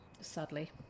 sadly